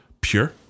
pure